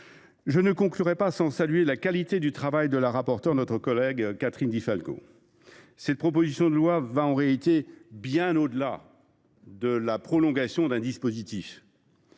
mon propos sans saluer la qualité du travail de notre rapporteure, notre collègue Catherine Di Folco. Cette proposition de loi va en réalité bien au delà de la seule prolongation d’un dispositif